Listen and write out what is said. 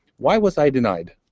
why was i denied?